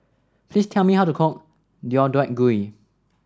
please tell me how to cook Deodeok Gui